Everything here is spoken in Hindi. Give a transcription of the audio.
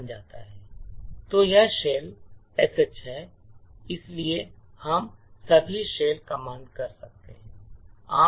तो यह शेल "sh" है इसलिए हम सभी शेल कमांड कर सकते हैं